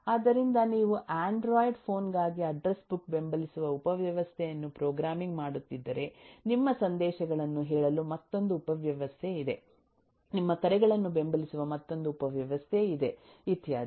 ಆದ್ದರಿಂದನೀವು Android phone ಗಾಗಿ address book ಬೆಂಬಲಿಸುವ ಉಪವ್ಯವಸ್ಥೆಯನ್ನು ಪ್ರೋಗ್ರಾಮಿಂಗ್ ಮಾಡುತ್ತಿದ್ದರೆ ನಿಮ್ಮಸಂದೇಶಗಳನ್ನು ಹೇಳಲು ಮತ್ತೊಂದು ಉಪವ್ಯವಸ್ಥೆ ಇದೆ ನಿಮ್ಮ ಕರೆಗಳನ್ನು ಬೆಂಬಲಿಸುವ ಮತ್ತೊಂದು ಉಪವ್ಯವಸ್ಥೆ ಇದೆ ಇತ್ಯಾದಿ